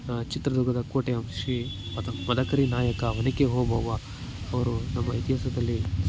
ಚಿತ್ರದುರ್ಗದ ಕೋಟೆಯು ಶ್ರೀ ಮದಕರಿ ನಾಯಕ ಒನಕೆ ಓಬವ್ವ ಅವ್ರು ನಮ್ಮ ಇತಿಹಾಸದಲ್ಲಿ